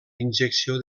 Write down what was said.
injecció